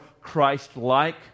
Christ-like